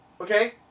Okay